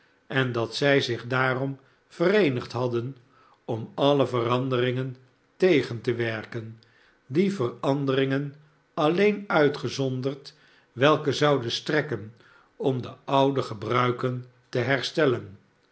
en dat zij zich daarom vereenigd hadden om alle veranderingen tegen te werken die veranderingen alleen uitgezonderd welke zouden strekken om de oude gebruiken te herstellen